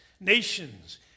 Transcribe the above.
nations